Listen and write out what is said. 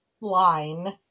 line